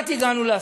כמעט הגענו להסכמה,